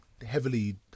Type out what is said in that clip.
Heavily